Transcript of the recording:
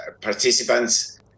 participants